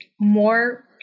more